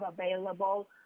available